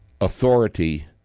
authority